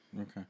Okay